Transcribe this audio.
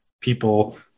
people